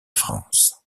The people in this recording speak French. france